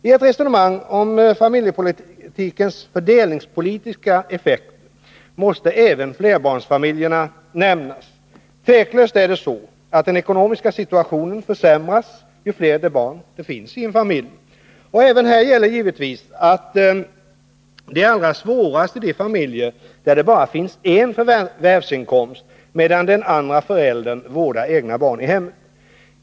I ett resonemang om familjepolitikens fördelningspolitiska effekter måste även flerbarnsfamiljerna nämnas. Tveklöst är det så att den ekonomiska situationen försämras ju fler barn det finns i en familj. Även här gäller givetvis att det är allra svårast i de familjer där det bara finns en förvärvsinkomst och där den andra föräldern vårdar egna barn i hemmet.